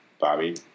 Bobby